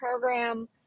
program